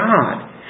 God